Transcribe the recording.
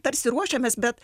tarsi ruošiamės bet